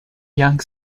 young